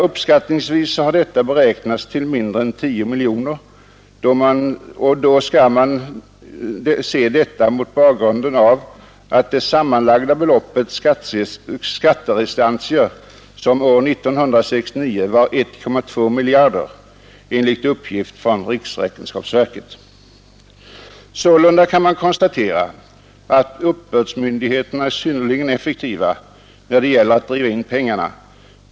Uppskattningsvis har vinsten härav beräknats till mindre än 10 miljoner kronor, och detta skall ses mot bakgrunden av det sammanlagda beloppet av skatterestantier som år 1969 var 1,2 miljarder kronor enligt uppgift från riksräkenskapsverket. Sålunda kan man konstatera att uppbördsmyndigheterna är synnerligen effektiva när det gäller att driva in pengarna.